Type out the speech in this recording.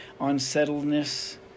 unsettledness